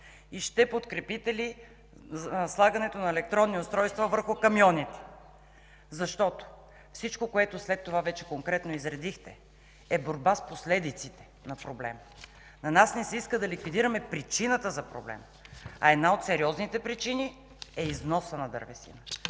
Ще подкрепите ли слагането на електронни устройства върху камионите? Всичко, което след това конкретно изредихте, е борба с последиците на проблема. На нас ни се иска да ликвидираме причината за проблема. Една от сериозните причини е износът на дървесина.